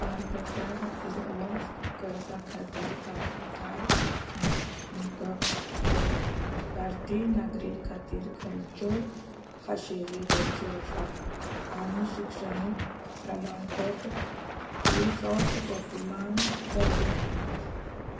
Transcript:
पारपत्रा खातीर अर्ज करपा खातीर पात्रताय निकश कितें भारतीय नागरी खातीर खंयच्यो खाशेल्यो गरज्यो आसा आनी शिक्षणीक प्रमाणपत्राचें सॉफ्ट कॉपी मान्य जातली